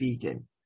vegan